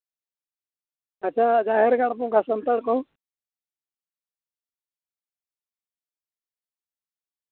ᱟᱪᱪᱷᱟ ᱡᱟᱦᱮᱨ ᱜᱟᱲ ᱵᱚᱸᱜᱟ ᱥᱟᱱᱛᱟᱲ ᱠᱚ